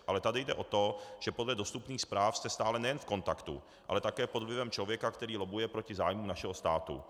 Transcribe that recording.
Ale tady jde o to, že podle dostupných zpráv jste stále nejen v kontaktu, ale také pod vlivem člověka, který lobbuje proti zájmu našeho státu.